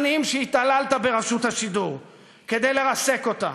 שנים התעללת ברשות השידור כדי לרסק אותה,